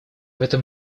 этом